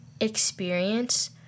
experience